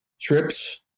trips